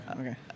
Okay